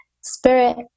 spirit